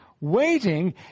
Waiting